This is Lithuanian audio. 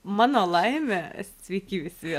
mano laimė sveiki visi